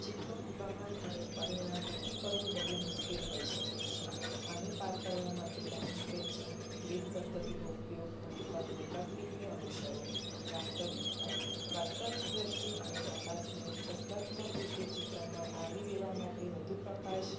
ચિત્રોનું પ્રમાણ અને પરિણામ નક્કી કરવું બહુ મુશ્કેલ હોઈ શકે છે આને પાર કરવા માટે લાઈન સક્રેચિંગ ગ્રીપ પદ્ધતિનો ઉપયોગ અને કદની તકનિકને અનુસરો વાસ્તવિકતા વાસ્તવિક દ્રષ્ટિ અને પ્રકાશને શાસ્ત્રાત્મક રીતે ચિત્રમાં આવરી લેવા માટે વધુ પ્રકાશ